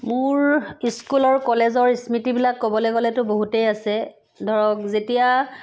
মোৰ স্কুল আৰু কলেজৰ স্মৃতিবিলাক ক'বলৈ গ'লেতো বহুতেই আছে ধৰক যেতিয়া